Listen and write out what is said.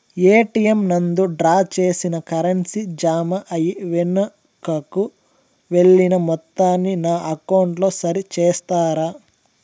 ATM నందు draw చేసిన currency జామ అయి వెనుకకు వెళ్లిన మొత్తాన్ని నా అకౌంట్ లో సరి చేస్తారా?